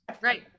Right